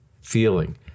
feeling